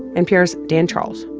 npr's dan charles